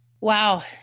Wow